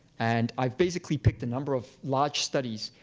and i've basically picked a number of large studies,